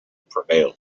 prevail